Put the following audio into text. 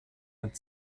had